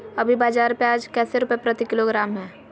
अभी बाजार प्याज कैसे रुपए प्रति किलोग्राम है?